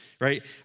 right